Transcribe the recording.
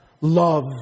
love